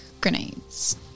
grenades